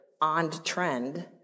on-trend